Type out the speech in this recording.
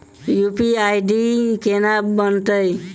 UPI ID केना बनतै?